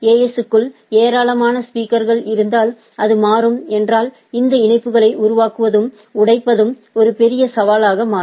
S க்குள் ஏராளமான speakers இருந்தால் அது மாறும் என்றால் இந்த இணைப்புகளை உருவாக்குவதும் உடைப்பதும் ஒரு பெரிய சவாலாக மாறும்